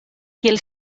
kiel